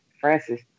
Francis